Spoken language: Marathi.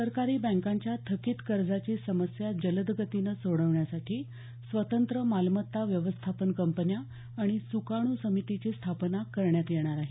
सरकारी बँकांच्या थकित कर्जाची समस्या जलदगतीनं सोडवण्यासाठी स्वतंत्र मालमत्ता व्यवस्थापन कंपन्या आणि सुकाणू समितीची स्थापना करण्यात येणार आहे